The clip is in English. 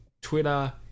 Twitter